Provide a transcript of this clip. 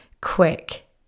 quick